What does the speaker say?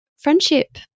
friendship